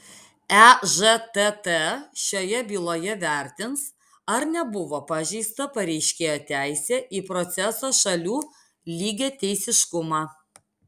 ežtt šioje byloje vertins ar nebuvo pažeista pareiškėjo teisė į proceso šalių lygiateisiškumą